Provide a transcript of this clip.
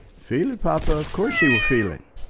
feel it, papa! of course he will feel it.